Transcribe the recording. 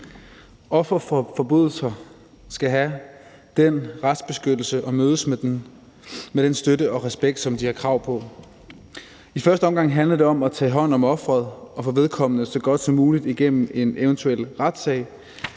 for forbrydelser skal have den retsbeskyttelse og mødes med den støtte og respekt, som de har krav på. I første omgang handler det om at tage hånd om ofret og få vedkommende så godt som muligt igennem en eventuel retssag,